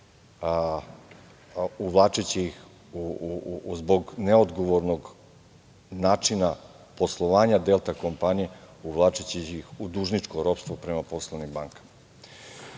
uvlačeći ih zbog neodgovornog načina poslovanja Delta kompanije, uvlačeći ih u dužničko ropstvo prema poslovnim bankama. Ali